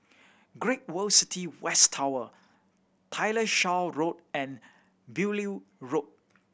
Great World City West Tower Tyersall Road and Beaulieu Road